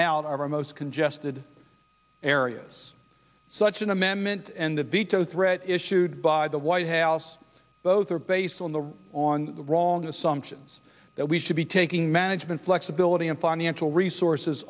out of our most congested areas such an amendment and the veto threat issued by the white house both are based on the on the wrong assumptions that we should be taking management flexibility and financial resources